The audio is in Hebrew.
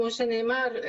כמו שנאמר,